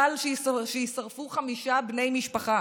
בכלל לחכות שיישרפו חמישה בני משפחה